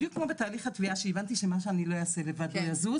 בדיוק כמו בתהליך התביעה שמה שאני לא יעשה לבד לא יזוז